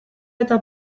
eta